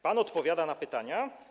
Pan odpowiada na pytania?